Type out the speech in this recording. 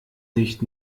nicht